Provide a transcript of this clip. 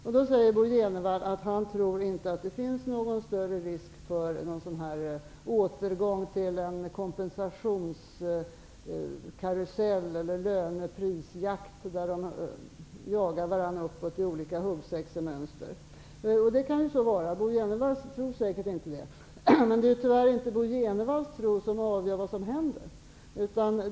Bo Jenevall säger att han inte tror att det finns någon större risk för återgång till en kompensationskarusell eller en löne och prisjakt, där man jagar varandra uppåt i olika huggsexemönster. Det kan så vara. Bo Jenevall tror säkert inte det. Tyvärr är det inte det Bo Jenevall tror som avgör vad som händer.